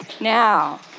Now